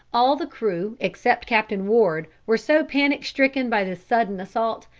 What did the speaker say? all the crew except captain ward were so panic-stricken by this sudden assault,